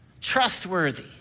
trustworthy